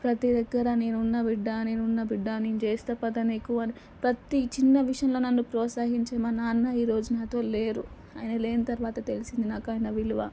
ప్రతీ దగ్గర నేనున్నా బిడ్డా నేనున్నా బిడ్డా నేను చేస్తాను పదా నీకు అని ప్రతీ చిన్న విషయంలో నన్ను ప్రోత్సహించే మా నాన్న ఈరోజు నాతో లేరు అయిన లేని తరువాత తెలిసింది నాకు ఆయన విలువ